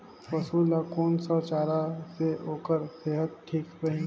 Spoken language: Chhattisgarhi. पशु ला कोन स चारा से ओकर सेहत ठीक रही?